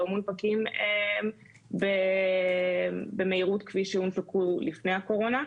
מונפקים במהירות כפי שהונפקו לפני הקורונה.